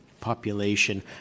population